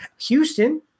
Houston